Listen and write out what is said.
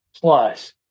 Plus